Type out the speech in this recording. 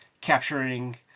capturing